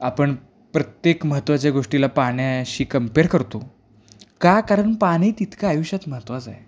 आपण प्रत्येक महत्त्वाच्या गोष्टीला पाण्याशी कंपेर करतो का कारण पाणी तितकं आयुष्यात महत्त्वाचं आहे